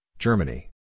Germany